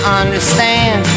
understand